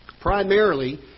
Primarily